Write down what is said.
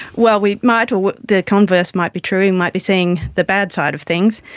well, we might, or the converse might be true, we and might be seeing the bad side of things.